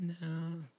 no